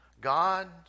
God